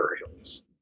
materials